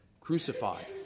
crucified